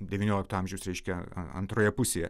devyniolikto amžiaus reiškia antroje pusėje